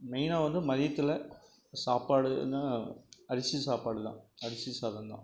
மெயினாக வந்து மதியத்தில் சாப்பாடுன்னால் அரிசி சாப்பாடு தான் அரிசி சாதம்தான்